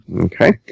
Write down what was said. Okay